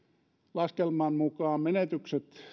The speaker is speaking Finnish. laskelman mukaan menetykset